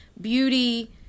beauty